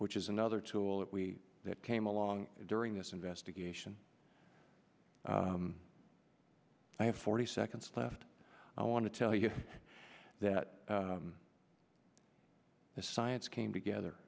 which is another tool that we that came along during this investigation i have forty seconds left i want to tell you that the science came together